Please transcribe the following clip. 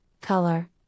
color